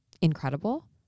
incredible